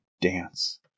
dance